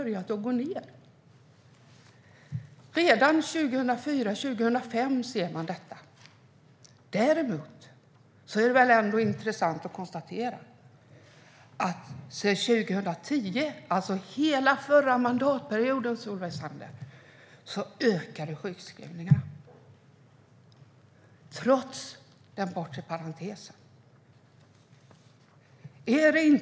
Redan 2004-2005 kunde man se det. Däremot är det intressant att konstatera att sedan 2010, alltså under hela förra mandatperioden, ökade sjukskrivningarna, trots den bortre parentesen.